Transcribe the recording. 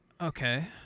Okay